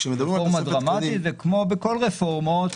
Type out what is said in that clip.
וכמו בכל רפורמה,